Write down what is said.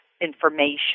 information